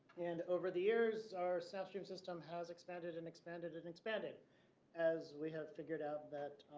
and over the years, our snapstream system has expanded and expanded and expanded as we have figured out that